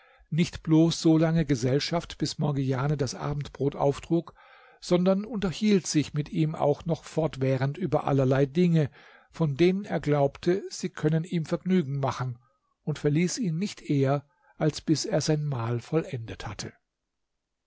nicht bloß solange gesellschaft bis morgiane das abendbrot auftrug sondern unterhielt sich mit ihm auch noch fortwährend über allerlei dinge von denen er glaubte sie können ihm vergnügen machen und verließ ihn nicht eher als bis er sein mahl vollendet hatte